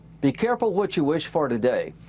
be careful what you wish for today.